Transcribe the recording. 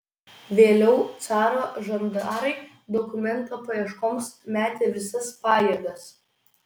vėliau caro žandarai dokumento paieškoms metė visas pajėgas